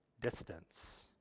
distance